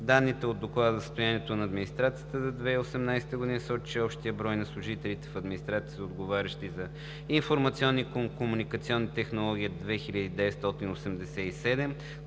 Данните от Доклада за състоянието на администрацията за 2018 г. сочат, че общият брой на служителите в администрацията, отговарящи за информационни и комуникационни технологии, е 2987,